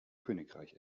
königreich